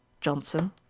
Johnson